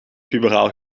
puberaal